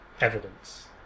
evidence